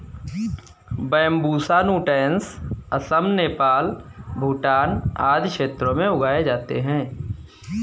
Bambusa nutans Assam, Nepal, Bhutan आदि क्षेत्रों में उगाए जाते है